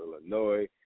Illinois